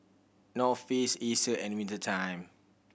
North Face Acer and Winter Time